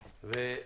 אליה.